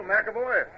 McAvoy